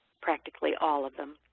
practically all of them.